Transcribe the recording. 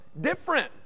different